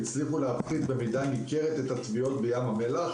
הצליחו להפחית במידה ניכרת את הטביעות בים המלח,